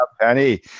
Penny